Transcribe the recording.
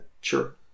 Sure